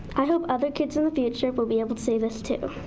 i hope other kids in the future will be able to say this too.